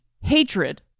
hatred